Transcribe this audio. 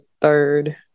third